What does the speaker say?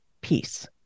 peace